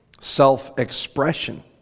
self-expression